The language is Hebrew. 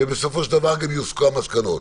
ובסופו של דבר גם יוסקו המסקנות.